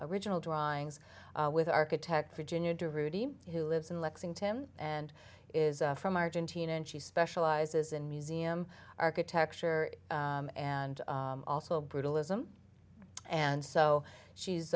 original drawings with architect virginia to rudy who lives in lexington and is from argentina and she specializes in museum architecture and also brutal ism and so she's